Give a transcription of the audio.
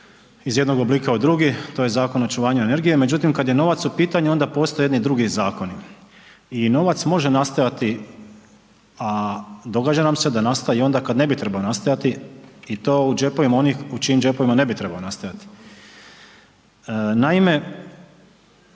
iz jednog oblika u drugi to je Zakon očuvanja energije. Međutim, kad je novac u pitanju onda postoje jedni drugi zakoni. I novac može nastajati, a događa vam se da nastaje i onda kad ne bi trebao nastajati i to u džepovima onih u čijim džepovima ne bi trebao nastajati. Naime,